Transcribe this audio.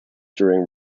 during